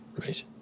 Right